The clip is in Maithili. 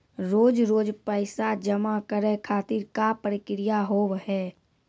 रोज रोज पैसा जमा करे खातिर का प्रक्रिया होव हेय?